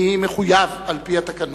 אני מחויב על-פי התקנון.